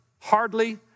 hardly